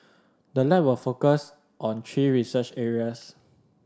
the lab will focus on three research areas